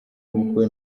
ubukwe